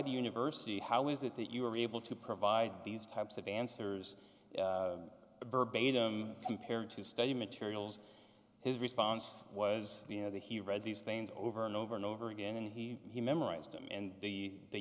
the university how is it that you were able to provide these types of answers compared to study materials his response was you know that he read these things over and over and over again and he he memorized them and the